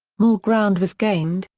more ground was gained,